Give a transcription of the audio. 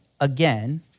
again